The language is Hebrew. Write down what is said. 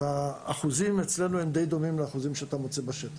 אז האחוזים אצלנו הם די דומים לאחוזים שאתה מוצא בשטח.